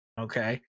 Okay